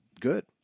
good